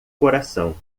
coração